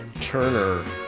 Turner